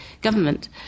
government